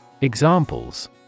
Examples